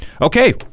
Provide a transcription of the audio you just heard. Okay